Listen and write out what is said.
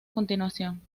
continuación